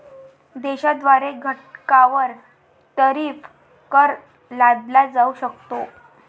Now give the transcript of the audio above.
देशाद्वारे घटकांवर टॅरिफ कर लादला जाऊ शकतो